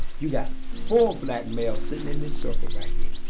you've got four black males sitting in this circle right here.